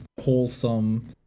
wholesome